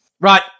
Right